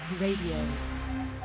Radio